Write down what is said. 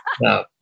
No